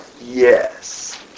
Yes